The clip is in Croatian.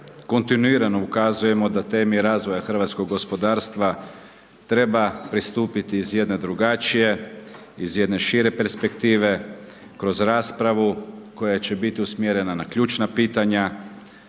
kontinuirano ukazujemo da temi razvoja hrvatskog gospodarstva treba pristupiti iz jedne drugačije, iz jedne šire perspektive kroz raspravu koja će biti usmjerena na ključna pitanja,